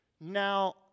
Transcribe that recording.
now